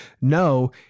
no